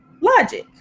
logic